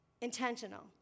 Intentional